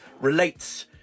relates